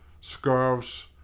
scarves